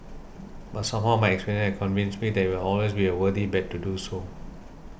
but somehow my experiences have convinced me that it will always be a worthy bet to do so